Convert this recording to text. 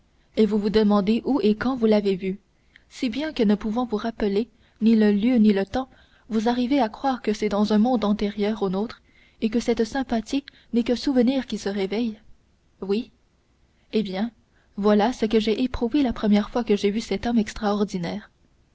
et vous vous demandez où et quand vous l'avez vue si bien que ne pouvant vous rappeler ni le lieu ni le temps vous arrivez à croire que c'est dans un monde antérieur au nôtre et que cette sympathie n'est qu'un souvenir qui se réveille oui eh bien voilà ce que j'ai éprouvé la première fois que j'ai vu cet homme extraordinaire